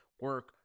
Work